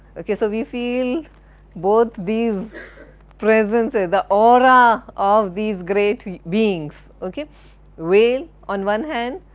ok so we feel both these presences, the aura of these great beings, ok whale on one hand,